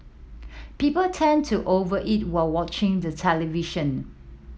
people tend to over eat while watching the television